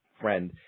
friend